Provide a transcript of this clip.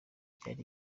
byari